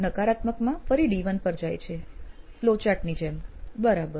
નકારાત્મકમાં ફરી D1 પર જાય છે ફ્લો ચાર્ટ ની જેમ બરાબર